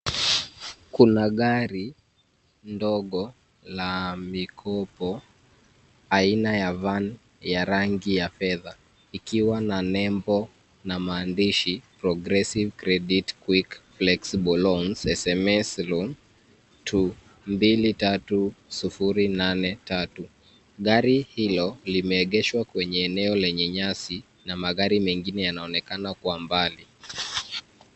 Kuna gari ndogo la mikopo aina ya Van ya rangi ya fedha ikiwa na nembo na maandishi Progressive Credit Quick Flexible Loans SMS Loan To 23083. Gari hilo limeegeshwa kwenye eneo lenye nyasi na magari mengine yanaonekana kwa mbali.